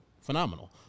phenomenal